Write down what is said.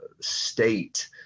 state